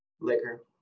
liquor